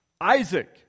Isaac